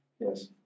yes